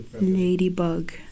Ladybug